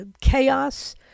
chaos